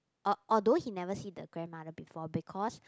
or although he never see the grandmother before because